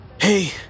Hey